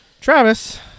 Travis